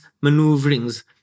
maneuverings